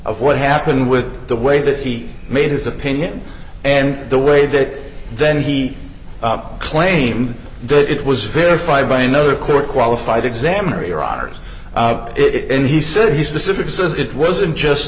of what happened with the way that he made his opinion and the way that then he claimed that it was verified by another court qualified examiner iraq hers it and he said he specifically says it wasn't just